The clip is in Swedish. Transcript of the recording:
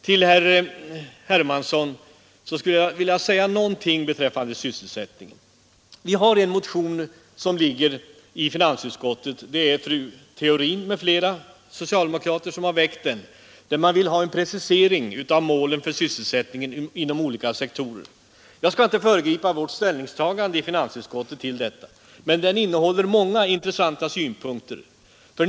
Till herr Hermansson vill jag säga något beträffande sysselsättningen. Vi har i finansutskottet att behandla en motion väckt av fru Theorin och andra socialdemokrater, där man kräver en precisering av målen för sysselsättningen inom olika sektorer. Jag skall inte föregripa vårt ställningstagande i finansutskottet till denna motion, men den innehåller många intressanta synpunkter.